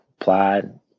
applied